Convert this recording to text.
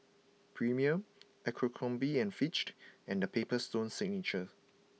Premier Abercrombie and Fitch and The Paper Stone Signature